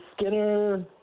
Skinner